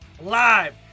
Live